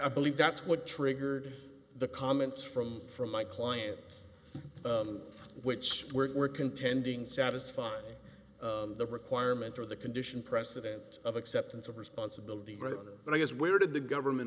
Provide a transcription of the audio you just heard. i believe that's what triggered the comments from from my clients which were contending satisfy the requirements of the condition precedent of acceptance of responsibility but i guess where did the government